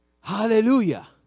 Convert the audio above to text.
hallelujah